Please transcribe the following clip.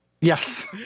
Yes